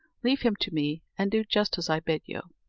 leave him to me, and do just as i bid you.